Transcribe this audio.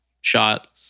shot